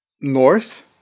north